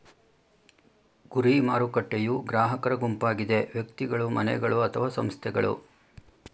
ಗುರಿ ಮಾರುಕಟ್ಟೆಯೂ ಗ್ರಾಹಕರ ಗುಂಪಾಗಿದೆ ವ್ಯಕ್ತಿಗಳು, ಮನೆಗಳು ಅಥವಾ ಸಂಸ್ಥೆಗಳು